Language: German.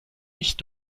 nicht